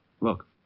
Look